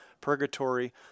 purgatory